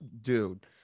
dude